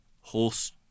Horse